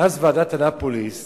מאז ועידת אנאפוליס